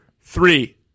three